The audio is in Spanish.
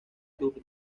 tour